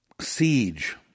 siege